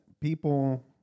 people